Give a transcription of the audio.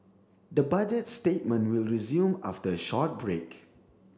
the Budget statement will resume after a short break